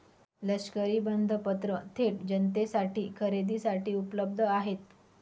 लष्करी बंधपत्र थेट जनतेसाठी खरेदीसाठी उपलब्ध आहेत